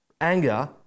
anger